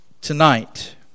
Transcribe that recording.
tonight